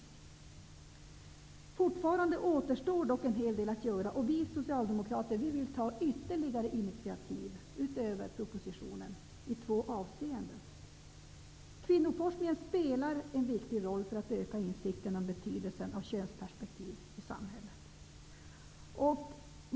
Fortfarande återstår dock en hel del att göra, och vi socialdemokrater vill ta ytterligare initiativ, utöver propositionen, i två avseenden. Kvinnoforskningen spelar en viktig roll för att öka insikterna om betydelsen av könsperspektiv i samhället.